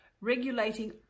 regulating